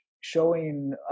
showing